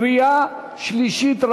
בקריאה שלישית.